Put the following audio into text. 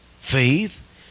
faith